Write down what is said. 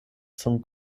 zum